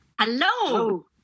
Hello